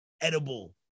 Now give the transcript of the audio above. edible